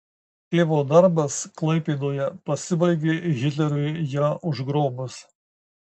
tėvo darbas klaipėdoje pasibaigė hitleriui ją užgrobus